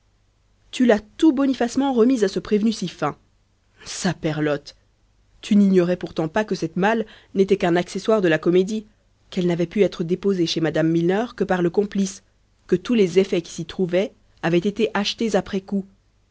tu l'as tout bonifacement remise à ce prévenu si fin saperlotte tu n'ignorais pourtant pas que cette malle n'était qu'un accessoire de la comédie qu'elle n'avait pu être déposée chez mme milner que par le complice que tous les effets qui s'y trouvaient avaient été achetés après coup